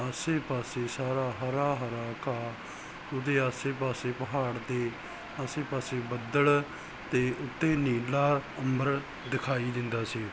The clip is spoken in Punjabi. ਆਸੇ ਪਾਸੇ ਸਾਰਾ ਹਰਾ ਹਰਾ ਘਾ ਉਹਦੇ ਆਸੇ ਪਾਸੇ ਪਹਾੜ ਦੀ ਆਸੇ ਪਾਸੇ ਬੱਦਲ ਤੇ ਉੱਤੇ ਨੀਲਾ ਅੰਬਰ ਦਿਖਾਈ ਦਿੰਦਾ ਸੀ